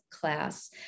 class